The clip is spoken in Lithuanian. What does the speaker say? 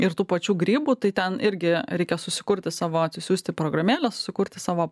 ir tų pačių grybų tai ten irgi reikia susikurti savo atsisiųsti programėlę sukurti savo